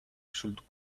should